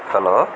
hello